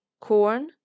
corn